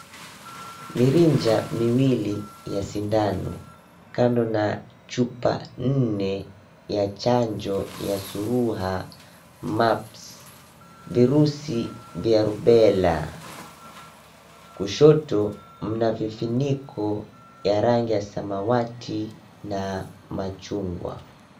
Mirija miwili ya sindano kando na chupa nne ya chanjo ya surua, mumps , virusi vya Rubella . Kushoto mna vifuniko ya rangi ya samawati na machungwa.